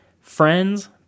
friends